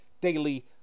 Daily